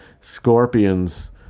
scorpions